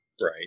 right